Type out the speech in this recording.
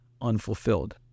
unfulfilled